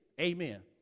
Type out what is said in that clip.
Amen